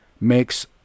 makes